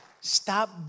Stop